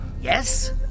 Yes